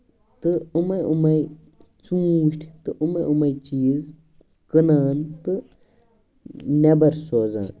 تہٕ یِمَے یِمَے ژوٗنٹھِ تہٕ یِمَے یِمَے چیٖز کٕنان تہٕ نٮ۪بر سوزان